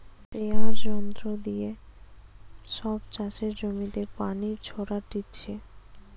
স্প্রেযাঁর যন্ত্র দিয়ে সব চাষের জমিতে পানি ছোরাটিছে